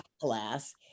class